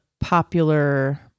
popular